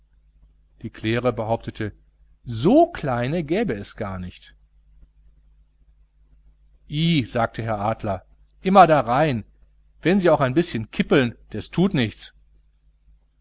die claire behauptete so kleine gäbe es gar nicht ih sagte herr adler immer da rein wenn sie auch ein bißchen kippeln des tut nichts